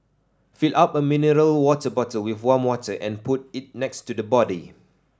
fill up a mineral water bottle with warm water and put it next to the body